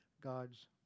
God's